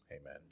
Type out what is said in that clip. Amen